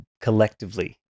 collectively